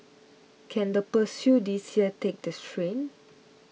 can the this year take the strain